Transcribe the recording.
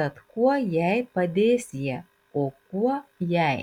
tad kuo jai padės jie o kuo jai